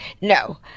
no